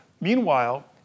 Meanwhile